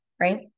right